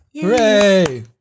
Hooray